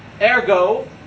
Ergo